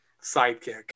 sidekick